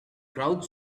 crowd